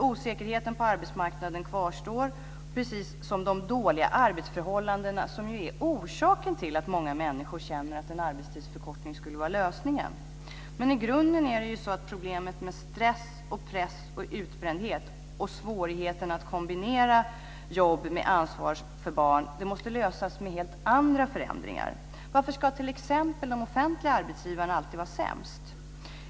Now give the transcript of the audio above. Osäkerheten på arbetsmarknaden kvarstår, precis som de dåliga arbetsförhållandena som är orsaken till att många människor känner att en arbetstidsförkortning skulle vara lösningen. Problemet med stress, press, utbrändhet och svårigheten att kombinera jobb med ansvar för barn måste lösas med helt andra förändringar. Varför ska t.ex. de offentliga arbetsgivarna alltid vara sämst?